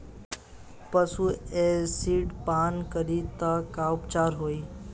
पशु एसिड पान करी त का उपचार होई?